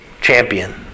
champion